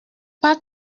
pas